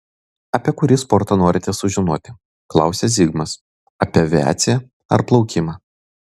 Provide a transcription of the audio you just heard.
apie kurį sportą norite sužinoti klausia zigmas apie aviaciją ar plaukimą